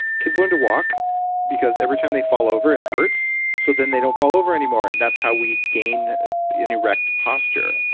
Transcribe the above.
kids learn to walk because every time they fall over, it hurts. so then they don't fall over anymore and that's how we gain an erect posture.